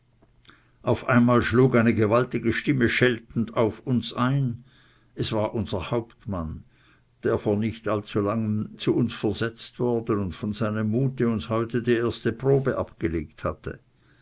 auf einmal schlug eine gewaltige stimme scheltend auf uns ein es war unser hauptmann der vor nicht langem zu uns versetzt worden und von seinem mute uns heute die erste probe abgelegt hatte